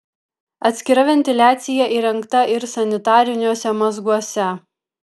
atskira ventiliacija įrengta ir sanitariniuose mazguose